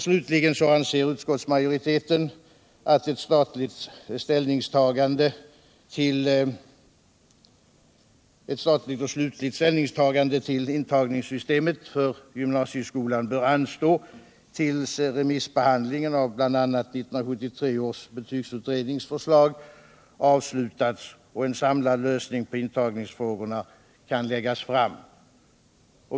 Slutligen anser utskottsmajoriteten att ett slutligt ställningstagande till systemet för intagning till gymnasieskolan bör anstå tills remissbehandlingen av bl.a. 1973 års betygsutrednings förslag avslutats och en samlad lösning på intagningsfrågorna kan läggas fram.